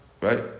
Right